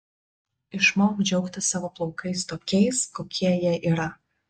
išmok džiaugtis savo plaukais tokiais kokie jie yra